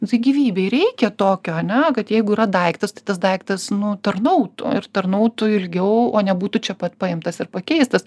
nu tai gyvybei reikia tokio ane kad jeigu yra daiktas tai tas daiktas nu tarnautų ir tarnautų ilgiau o nebūtų čia pat paimtas ir pakeistas